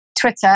Twitter